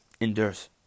endures